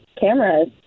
cameras